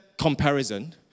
comparison